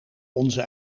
onze